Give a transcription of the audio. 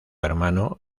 hermano